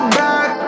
back